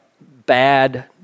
bad